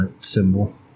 Symbol